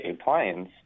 appliance